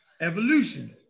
evolution